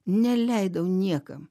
neleidau niekam